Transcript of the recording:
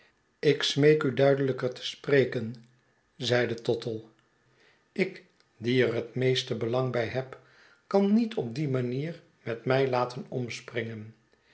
ik smeek u duidelijker te spreken zeide tottle ik die er het meeste belang bijheb kan niet op die manier met mij laten omspvingen